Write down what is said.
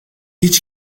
hiç